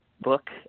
book